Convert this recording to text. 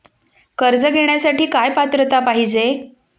कर्ज घेण्यासाठी काय पात्रता पाहिजे?